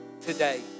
today